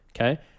Okay